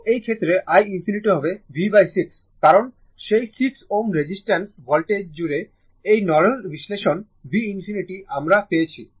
তো এই ক্ষেত্রে i ∞ হবে v6 কারণ সেই 6 Ω রেজিস্টেন্স ভোল্টেজ জুড়ে এই নোডাল বিশ্লেষণ v ∞ আমরা পেয়েছি